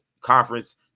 conference